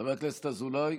חבר הכנסת אזולאי,